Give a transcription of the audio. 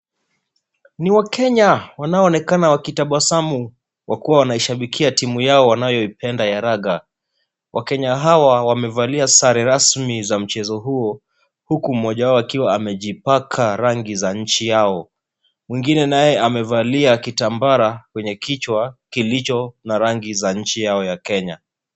Ni wakenya, wanaonekana wakitabasamu wakiwa wanaishabikia timu yao wanayoipenda ya raga. Wakenya hawa wamevalia sare rasmi za mchezo huo, huku mmoja wao akiwa amejipaka rangi za nchi yao. Mwingine naye amevalia kitambara kwenye kichwa, kilicho na rangi za nchi yao ya Kenya.